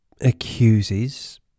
accuses